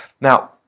Now